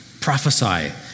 prophesy